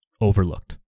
overlooked